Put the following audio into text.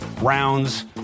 rounds